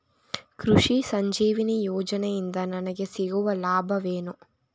ಕೃಷಿ ಸಂಜೀವಿನಿ ಯೋಜನೆಯಿಂದ ನನಗೆ ಸಿಗುವ ಲಾಭವೇನು?